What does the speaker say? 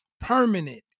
permanent